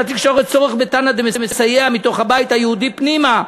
אין לתקשורת צורך בתנא דמסייע מתוך הבית היהודי פנימה,